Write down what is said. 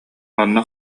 уонна